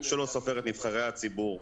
שלא סופר את נבחרי הציבור,